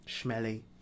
Smelly